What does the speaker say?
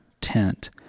tent